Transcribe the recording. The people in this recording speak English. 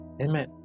Amen